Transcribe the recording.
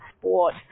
sport